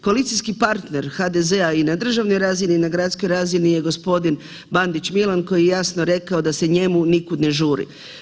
Koalicijski partner HDZ-a i na državnoj razini i na gradskoj razini je gospodin Bandić Milan koji je jasno rekao da se njemu nikud ne žuri.